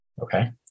Okay